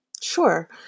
Sure